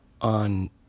On